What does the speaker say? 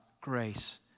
grace